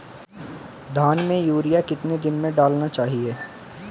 धान में यूरिया कितने दिन में डालना चाहिए?